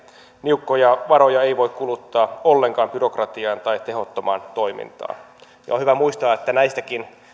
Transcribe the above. niukkoja varoja ei voi kuluttaa ollenkaan byrokratiaan tai tehottomaan toimintaan ja on hyvä muistaa että